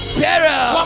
peril